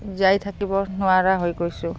জীয়াই থাকিব নোৱাৰা হৈ গৈছোঁ